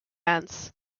ants